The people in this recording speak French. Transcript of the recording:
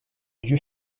dieu